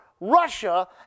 Russia